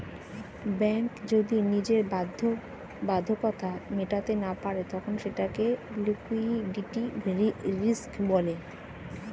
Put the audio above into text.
bank যদি নিজের বাধ্যবাধকতা মেটাতে না পারে তখন সেটাকে লিক্যুইডিটি রিস্ক বলে